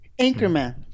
Anchorman